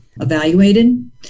evaluated